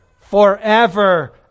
forever